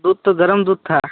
दूध तो गरम दूध था